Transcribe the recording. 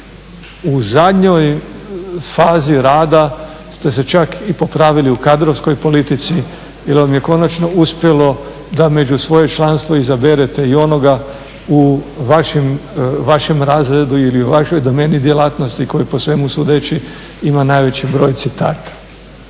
U zadnjoj fazi rada ste se čak i popravili u kadrovskoj politici jer vam je konačno uspjelo da među svoje članstvo izaberete i onoga u vašem razredu ili u vašoj domeni djelatnosti koji po svemu sudeći ima najveći broj citata.